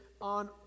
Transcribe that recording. on